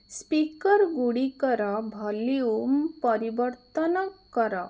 speaker ଗୁଡ଼ିକର volume ପରିବର୍ତ୍ତନ କର